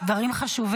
דברים חשובים.